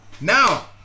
Now